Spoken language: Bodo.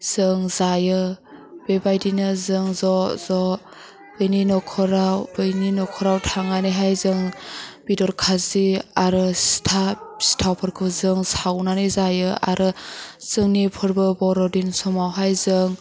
जों जायो बेबायदिनो जों ज ज बेनि नखराव बैनि नखराव थांनानैहाय जों बेदर खाजि आरो सिताब सिथावफोरखौ जों सावनानै जायो आरो जोंनि फोरबो बर'दिन समावहाय जों